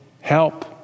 help